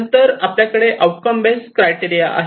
नंतर आपल्याकडे outcome based criteria आहे